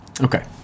Okay